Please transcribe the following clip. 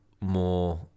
more